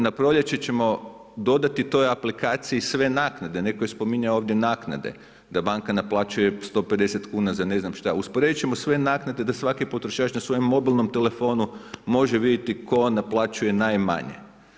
Na proljeće ćemo dodati toj aplikaciji sve naknade, netko je spominjao ovdje naknade da banka naplaćuje 150kn za ne znam šta, usporedit ćemo sve naknade da svaki potrošač na svojem mobilnom telefonu može vidjeti tko naplaćuje najmanje.